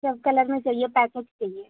سب colour میں چاہیے packet چاہیے